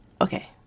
Okay